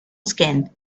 skin